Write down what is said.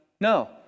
No